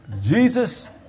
Jesus